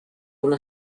una